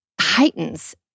heightens